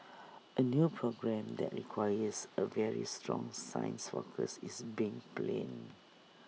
A new programme that requires A very strong science focus is being planned